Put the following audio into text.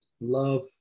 Love